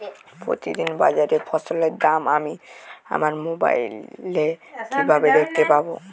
প্রতিদিন বাজারে ফসলের দাম আমি আমার মোবাইলে কিভাবে দেখতে পাব?